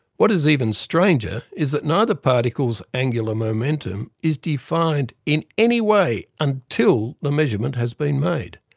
what is even stranger is that neither particle's angular momentum is defined in any way until the measurement has been made,